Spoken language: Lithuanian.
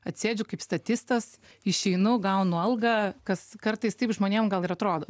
atsėdžiu kaip statistas išeinu gaunu algą kas kartais taip žmonėm gal ir atrodo